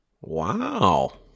Wow